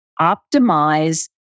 optimize